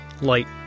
light